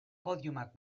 podiumak